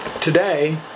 Today